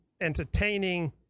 entertaining